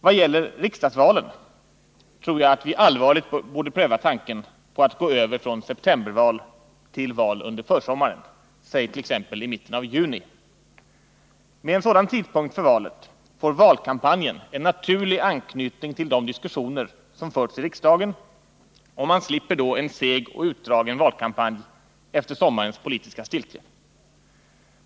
Vad gäller riksdagsvalen tror jag att vi allvarligt borde pröva tanken på att gå över från septemberval till val under försommaren, säg t.ex. i mitten av juni. Med en sådan tidpunkt för valet får valkampanjen en naturlig anknytning till de diskussioner som förts i riksdagen och man slipper då en seg och utdragen valkampanj efter sommarens politiska stiltje.